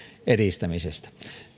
edistämisestä